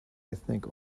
ethnic